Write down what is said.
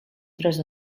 tres